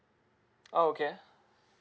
oh okay